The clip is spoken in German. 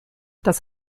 das